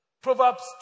Proverbs